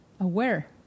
aware